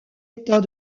état